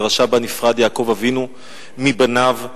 הפרשה שבה נפרד יעקב אבינו מבניו בפסוק: